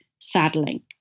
saddling